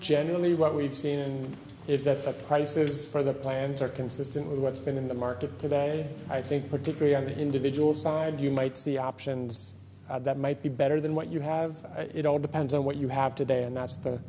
generally what we've seen and is that the prices for the plans are consistent with what's been in the market today i think particularly on the individual side you might see options that might be better than what you have it all depends on what you have today and that's the